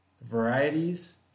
varieties